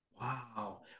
Wow